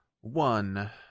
one